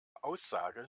aussage